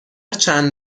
چند